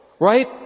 Right